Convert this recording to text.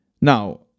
Now